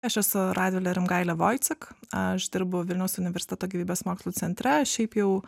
aš esu radvilė rimgailė voicik aš dirbu vilniaus universiteto gyvybės mokslų centre šiaip jau